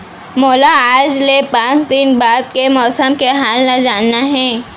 मोला आज ले पाँच दिन बाद के मौसम के हाल ल जानना हे?